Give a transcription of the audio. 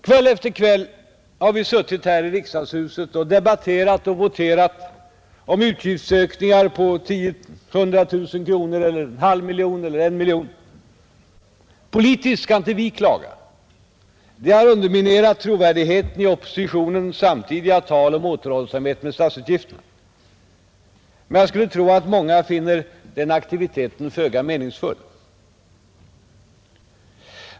Kväll efter kväll har vi suttit här i riksdagshuset och debatterat och voterat om utgiftsökningar på 100 000 kronor eller en halv miljon eller en miljon, Politiskt skall inte vi klaga — det har underminerat trovärdigheten i oppositionens ständiga tal om återhållsamhet med statsutgifterna — men jag skulle tro att många finner den aktiviteten föga meningsfull.